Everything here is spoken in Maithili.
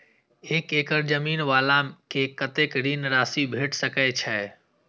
एक एकड़ जमीन वाला के कतेक ऋण राशि भेट सकै छै?